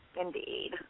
Indeed